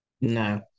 no